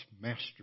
master